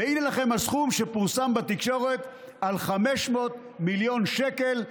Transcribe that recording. והינה לכם הסכום שפורסם בתקשורת על 500 מיליון שקל,